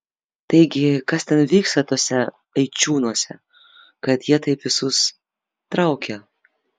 taigi kas ten vyksta tuose eičiūnuose kad jie taip visus traukia